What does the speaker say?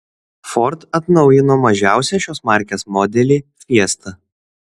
ford atnaujino mažiausią šios markės modelį fiesta